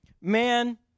man